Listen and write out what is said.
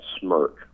smirk